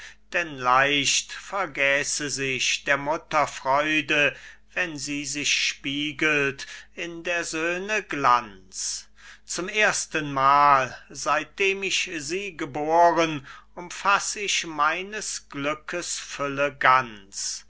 denn leicht vergäße sich der mutter freude wenn sie sich spiegelt in der söhne glanz zum erstenmal seitdem ich sie geboren umfass ich meines glückes fülle ganz